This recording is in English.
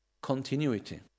continuity